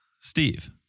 Steve